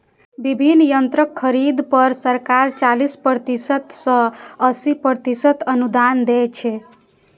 विभिन्न यंत्रक खरीद पर सरकार चालीस प्रतिशत सं अस्सी प्रतिशत अनुदान दै छै